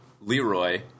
Leroy